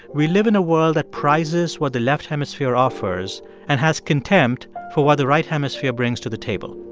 we live in a world that prizes what the left hemisphere offers and has contempt for what the right hemisphere brings to the table.